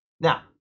Now